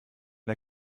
der